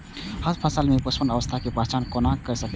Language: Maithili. हम फसल में पुष्पन अवस्था के पहचान कोना कर सके छी?